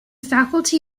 faculty